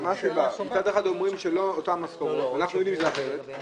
מצד אחד אומרים שהמשכורות לא אותן משכורות ומה הסיבה?